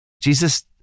Jesus